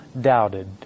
doubted